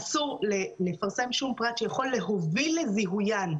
אסור לפרסם שום פרט שיכול להוביל לזיהוין.